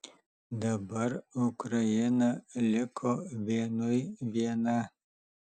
dabar ukraina liko vienui viena